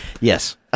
Yes